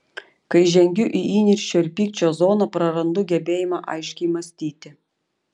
kai žengiu į įniršio ir pykčio zoną prarandu gebėjimą aiškiai mąstyti